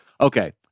Okay